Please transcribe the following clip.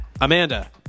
Amanda